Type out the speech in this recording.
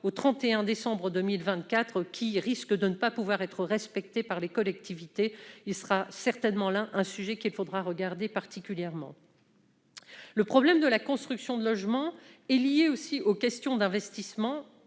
au 31 décembre 2024, qui risque de ne pas pouvoir être respectée par les collectivités. C'est un sujet qu'il faudra examiner de près. Le problème de la construction de logements est lié aussi aux questions d'investissement